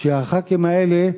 הח"כים האלה,